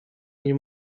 nie